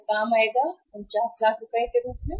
वह काम आएगा 49 लाख के रूप में